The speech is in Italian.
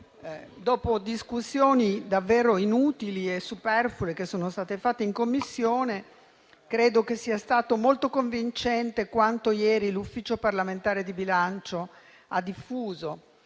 Dopo discussioni davvero inutili e superflue in Commissione, credo sia stato molto convincente quanto ieri l'Ufficio parlamentare di bilancio ha diffuso,